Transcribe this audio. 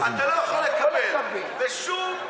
יכול.